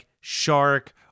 shark-